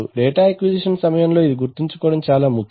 data acquisition సమయంలో ఇది గుర్తుంచుకోవడం చాలా ముఖ్యం